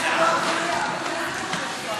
179), התשע"ו 2016,